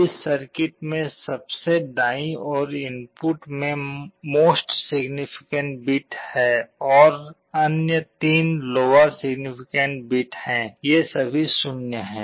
इस सर्किट में सबसे दायीं ओर इनपुट में मोस्ट सिग्नीफिकेंट बिट हैं और अन्य 3 लोअर सिग्नीफिकेंट बिट हैं ये सभी 0 हैं